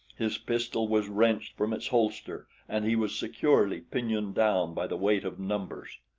his pistol was wrenched from its holster and he was securely pinioned down by the weight of numbers.